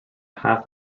half